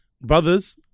Brothers